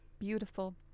Beautiful